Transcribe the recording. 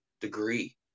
degree